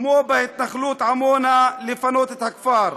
כמו בהתנחלות עמונה, לפנות את הכפר.